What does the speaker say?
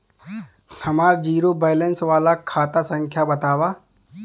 हमार zero balance वाला खाता संख्या वतावा?